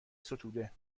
ستوده